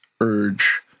urge